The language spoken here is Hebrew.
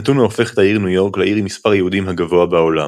נתון ההופך את העיר ניו יורק לעיר עם מספר היהודים הגבוה בעולם.